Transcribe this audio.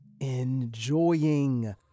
enjoying